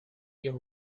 your